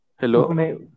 Hello